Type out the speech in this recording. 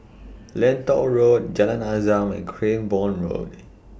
Lentor Road Jalan Azam and Cranborne Road